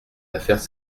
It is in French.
affaires